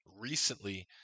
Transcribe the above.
recently